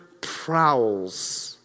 prowls